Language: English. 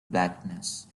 blackness